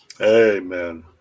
Amen